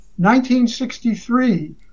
1963